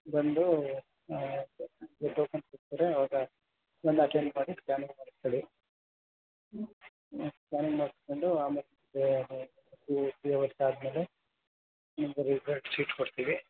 ಬಂದು ಆವಾಗ ಬಂದು ಅಟೆಂಡ್ ಮಾಡಿ ಸ್ಕ್ಯಾನಿಂಗ್ ಮಾಡಿಸ್ಕೊಳ್ಲಿ ಸ್ಕ್ಯಾನಿಂಗ್ ಮಾಡಿಸ್ಕೊಂಡು ಆಮೇಲೆ ಟು ತ್ರಿ ಅವರ್ಸ್ ಆದಮೇಲೆ ನಿಮಗೆ ರಿಸಲ್ಟ್ ಶೀಟ್ ಕೊಡ್ತೀವಿ